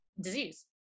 disease